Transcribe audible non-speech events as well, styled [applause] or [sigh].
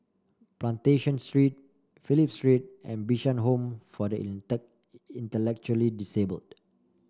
Plantation Street Phillip Street and Bishan Home for the [unintelligible] Intellectually Disabled